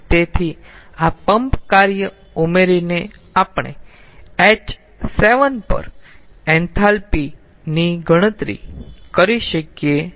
તેથી આ પંપ કાર્ય ઉમેરીને આપણે h7 પર એન્થાલ્પી ની ગણતરી કરી શકીએ છીએ